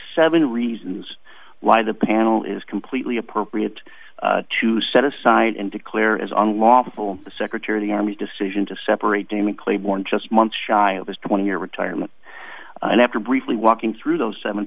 seven reasons why the panel is completely appropriate to set aside and declare as unlawful the secretary of the army decision to separate damon claiborne's just months shy of his twenty year retirement and after briefly walking through those seven